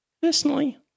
personally –